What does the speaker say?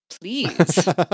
Please